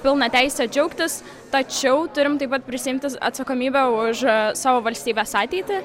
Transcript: pilną teisę džiaugtis tačiau turim taip pat prisiimti atsakomybę už savo valstybės ateitį